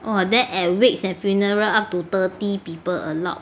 !wah! then at wakes and funeral up to thirty people allowed